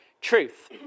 truth